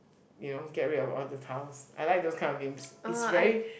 you know get rid of all the tiles I like those type of games it's very